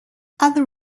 other